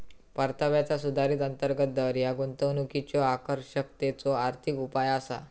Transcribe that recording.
परताव्याचा सुधारित अंतर्गत दर ह्या गुंतवणुकीच्यो आकर्षकतेचो आर्थिक उपाय असा